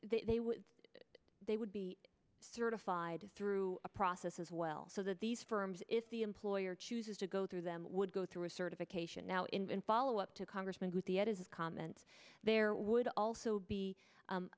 they would they would be certified through a process as well so that these firms if the employer chooses to go through them would go through a certification now in follow up to congressman with the added comment there would also be